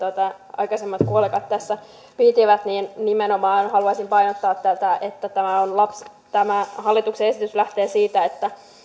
aikaisemmat kollegat tässä käyttivät nimenomaan haluaisin painottaa tätä että tämä hallituksen esitys lähtee siitä että